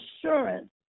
assurance